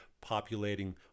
populating